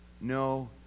No